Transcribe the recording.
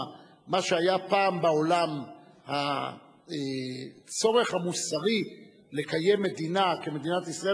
מה שהיה פעם בעולם הצורך המוסרי לקיים מדינה כמדינת ישראל,